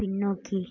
பின்னோக்கி